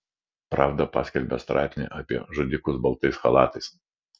pravda paskelbė straipsnį apie žudikus baltais chalatais